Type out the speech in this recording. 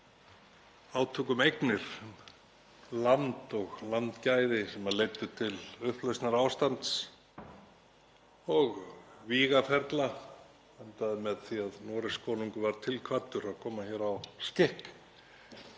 átök um eignir, land og landgæði sem leiddu til upplausnarástands og vígaferla sem endaði með því að Noregskonungur var til kvaddur til að koma á skikk.